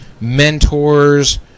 mentors